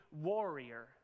warrior